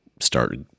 start